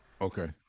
okay